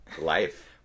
life